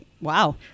wow